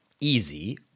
easy